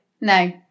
No